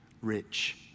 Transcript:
rich